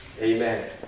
Amen